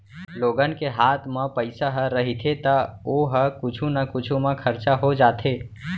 लोगन के हात म पइसा ह रहिथे त ओ ह कुछु न कुछु म खरचा हो जाथे